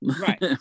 Right